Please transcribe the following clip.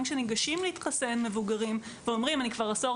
גם כשניגשים מבוגרים להתחסן ואומרים "כבר עשור